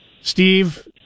Steve